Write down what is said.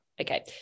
okay